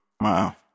Wow